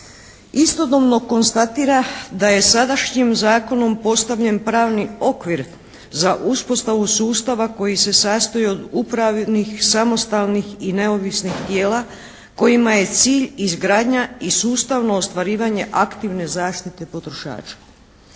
Istodobno konstatira da je sadašnjim zakonom postavljen pravni okvir za uspostavu sustava koji se sastoji od upravnih samostalnih i neovisnih tijela kojima je cilj izgradnja i sustavno ostvarivanje aktivne zaštite potrošača.